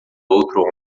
outro